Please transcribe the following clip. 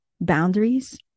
boundaries